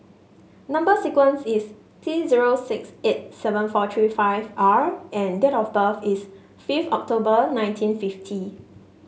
number sequence is T zero six eight seven four three five R and date of birth is fifth October nineteen fifty